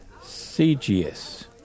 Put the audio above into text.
CGS